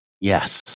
Yes